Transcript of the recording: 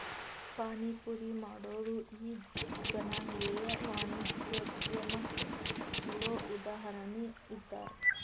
ಪಾನಿಪುರಿ ಮಾಡೊರು ಈ ಜನಾಂಗೇಯ ವಾಣಿಜ್ಯೊದ್ಯಮಕ್ಕ ಛೊಲೊ ಉದಾಹರಣಿ ಇದ್ದಾರ